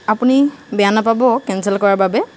আপুনি বেয়া নেপাব কেনচেল কৰা বাবে